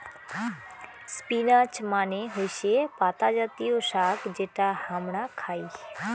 spinach মানে হৈসে পাতা জাতীয় শাক যেটা হামরা খাই